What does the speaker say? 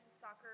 soccer